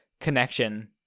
connection